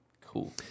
cool